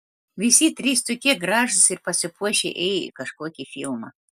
visi trys tokie gražūs ir pasipuošę ėjo į kažkokį filmą